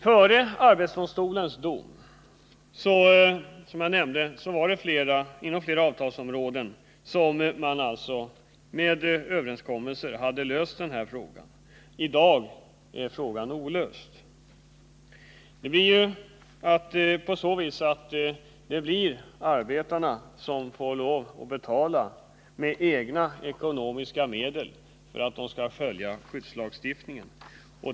Som jag nämnde hade man före arbetsdomstolens dom inom flera avtalsområden överenskommelser som löst den här frågan. I dag är frågan olöst. Arbetarna får betala med egna medel för att kunna följa skyddslagstiftningen.